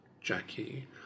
Jackie